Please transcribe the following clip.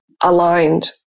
aligned